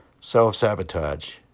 self-sabotage